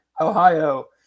Ohio